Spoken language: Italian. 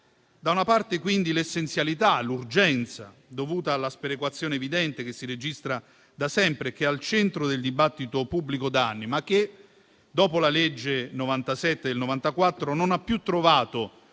Da una parte, quindi, l'essenzialità e l'urgenza dovute alla sperequazione evidente che si registra da sempre e che è al centro del dibattito pubblico da anni, ma che dopo la legge n. 97 del 1994 non ha più trovato